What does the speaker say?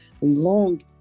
long